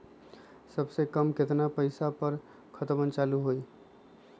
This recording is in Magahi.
सबसे कम केतना पईसा पर खतवन चालु होई?